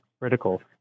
critical